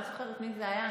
אני לא זוכרת מי זה היה,